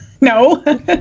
no